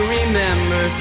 remember